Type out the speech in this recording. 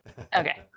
Okay